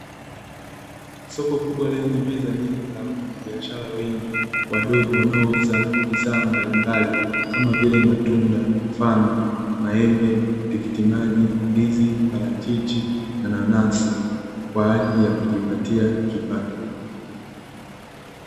Soko kubwa lenye meza nyingi za wafanyabiashara wengi wadogo wanaouuza bidhaa mbalimbali kama vile matunda mfano maembe, tikitimaji, ndizi, parachichi na nanasi kwa ajili ya kujipatia kipato.